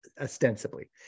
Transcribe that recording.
ostensibly